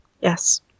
yes